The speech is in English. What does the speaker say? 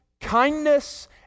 Kindness